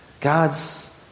God's